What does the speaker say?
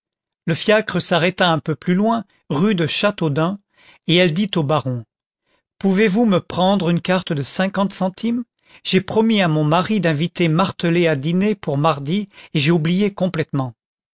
le fiacre s'arrêta un peu plus loin rue de châteaudun et elle dit au baron pouvez-vous me prendre une carte de cinquante centimes j'ai promis à mon mari d'inviter martelet à dîner pour demain et j'ai oublié complètement